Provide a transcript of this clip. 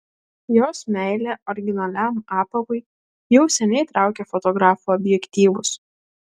jos meilė originaliam apavui jau seniai traukia fotografų objektyvus